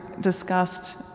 discussed